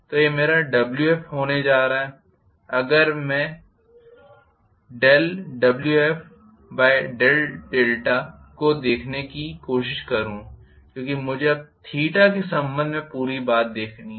तो यह मेरा Wf होने जा रहा है अब अगर मैं ∂Wf∂θ को देखने कोशिश करूँ कि क्योंकि मुझे अब थीटा के संबंध में पूरी बात देखनी है